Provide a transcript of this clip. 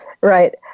Right